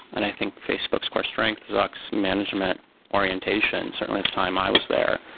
and i think facebook's core strength, zuck's management orientation, certainly at the time i was there,